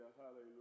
Hallelujah